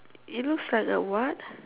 it looks like a what